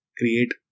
create